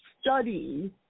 study